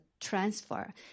transfer